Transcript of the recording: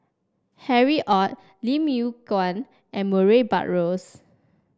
Harry Ord Lim Yew Kuan and Murray Buttrose